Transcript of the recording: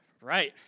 Right